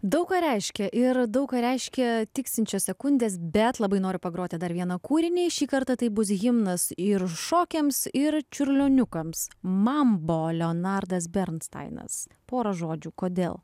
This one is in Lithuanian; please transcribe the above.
daug ką reiškia ir daug ką reiškia tiksinčios sekundės bet labai noriu pagroti dar vieną kūrinį šį kartą tai bus himnas ir šokiams ir čiurlioniukams mambo leonardas bernstainas porą žodžių kodėl